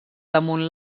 damunt